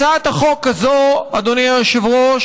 הצעת החוק הזאת, אדוני היושב-ראש,